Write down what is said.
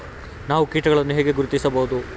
ನಾವು ಕೀಟಗಳನ್ನು ಹೇಗೆ ಗುರುತಿಸಬಹುದು?